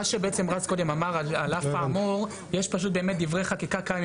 שעל אף האמור בחקיקת משנה